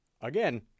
Again